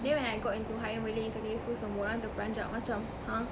then when I got into higher malay in secondary school semua orang terperanjat macam !huh!